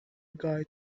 guide